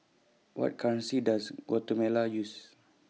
What currency Does Guatemala use